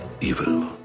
evil